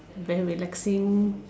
very relaxing